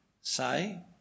say